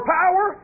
power